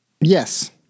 Yes